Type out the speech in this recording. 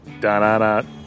da-da-da